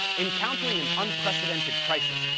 encountering an unprecedented crisis,